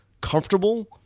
comfortable